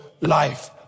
life